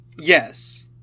Yes